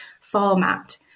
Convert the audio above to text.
format